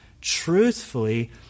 truthfully